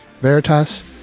Veritas